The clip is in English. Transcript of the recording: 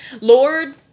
Lord